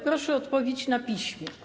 Proszę o odpowiedź na piśmie.